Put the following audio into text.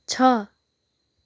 छ